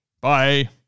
Bye